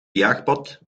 jaagpad